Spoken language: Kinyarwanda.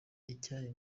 icyayi